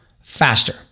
faster